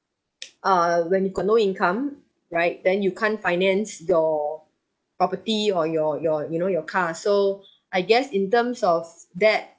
err when you got no income right then you can't finance your property or your your you know your car so I guess in terms of that